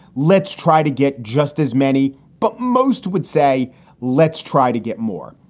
let's try to get just as many. but most would say let's try to get more.